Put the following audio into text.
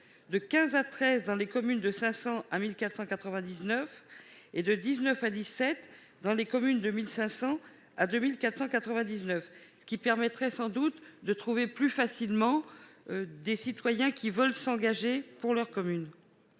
de 15 à 13 dans les communes de 500 à 1000 400 99 et de 19 à 17 dans les communes de 1500 à 2499 ce qui permettrait sans doute de trouver plus facilement des citoyens qui veulent s'engager pour leur commune,